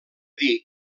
dir